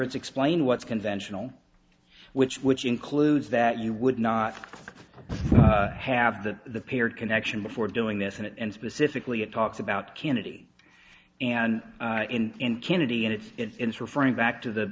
it's explain what's conventional which which includes that you would not have the paired connection before doing this and it and specifically it talks about kennedy and in kennedy and it's it's referring back to the